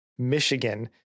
Michigan